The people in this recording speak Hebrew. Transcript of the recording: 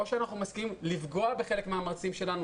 או שאנחנו מסכימים לפגוע בחלק מהמרצים שלנו